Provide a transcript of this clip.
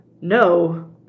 No